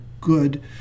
good